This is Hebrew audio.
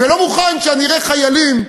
ולא מוכן שאראה חיילים,